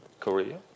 Korea